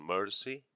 Mercy